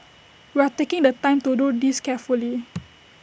we are taking the time to do this carefully